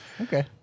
Okay